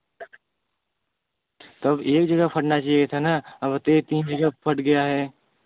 तो एक जगह फटना चाहिए था ना और तो यह तीन जगह फट गया है